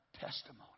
testimony